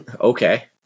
Okay